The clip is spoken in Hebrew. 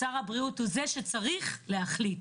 שר הבריאות הוא זה שצריך להחליט,